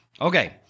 okay